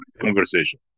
Conversation